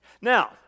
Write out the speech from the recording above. Now